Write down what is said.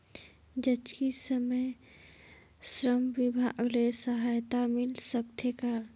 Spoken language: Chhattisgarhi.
जचकी समय श्रम विभाग ले सहायता मिल सकथे का?